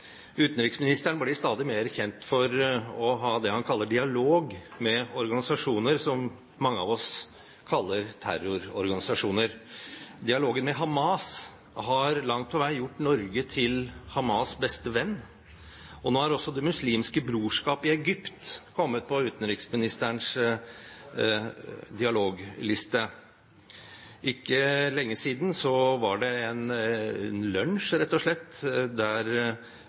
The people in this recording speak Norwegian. Utenriksministeren blir stadig mer kjent for å ha det han kaller dialog med organisasjoner som mange av oss kaller terrororganisasjoner. Dialogen med Hamas har langt på vei gjort Norge til Hamas’ beste venn, og nå har også Det muslimske brorskap i Egypt kommet på utenriksministerens dialogliste. For ikke lenge siden var det en lunsj, rett og slett,